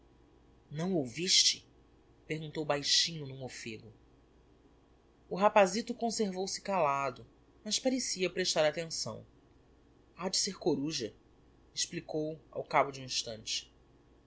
não ouviste perguntou baixinho n'um offego o rapazito conservou-se calado mas parecia prestar attenção ha de ser coruja explicou ao cabo d'um instante